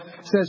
says